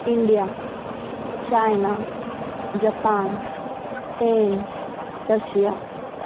India China Japan Spain Russia